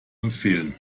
empfehlen